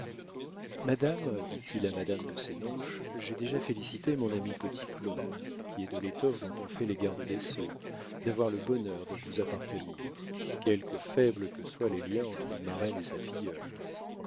madame dit-il à madame de sénonches j'ai déjà félicité mon ami petit claud qui est de l'étoffe dont on fait les gardes des sceaux d'avoir le bonheur de vous appartenir quelque faibles que soient les liens entre une marraine et sa filleule